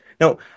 Now